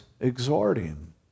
exhorting